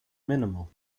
minimal